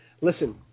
Listen